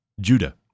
Judah